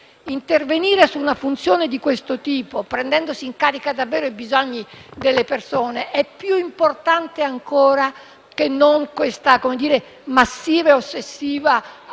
Intervenire su una funzione di questo tipo prendendosi in carica davvero i bisogni delle persone è più importante che non questa massiva e ossessiva attenzione,